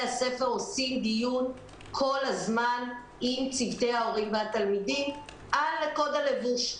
הספר עורכים דיון כל הזמן עם צוותי ההורים והתלמידים על קוד הלבוש.